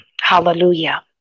Hallelujah